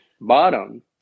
bottom